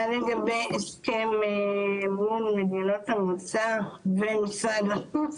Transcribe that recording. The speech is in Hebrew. מה לגבי הסכם מול מדינות המוצא ומשרד החוץ,